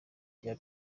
rya